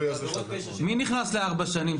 מי נכנס לארבע שנים?